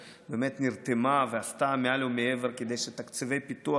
שנרתמה ועשתה מעל ומעבר כדי שתקציבי פיתוח